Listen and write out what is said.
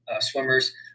swimmers